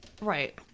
right